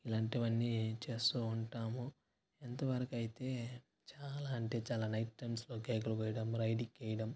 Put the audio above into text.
ఇలాంటివన్నీ చేస్తూ ఉంటాము ఎంతవరకు అయితే చాలా అంటే చాలా నైట్ టైమ్స్లో కేకులు కోయడం రైడింగ్ చేయడం